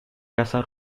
casa